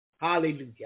Hallelujah